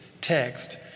text